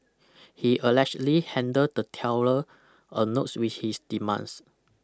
he allegedly handed the teller a notes with his demands